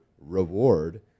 reward